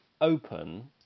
open